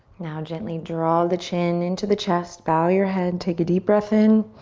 now gently draw the chin into the chest, bow your head, take a deep breath in.